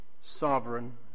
sovereign